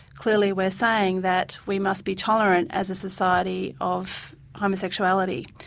clearly we're saying that we must be tolerant as a society of homosexuality.